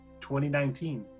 2019